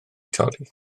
torri